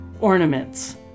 ornaments